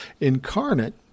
incarnate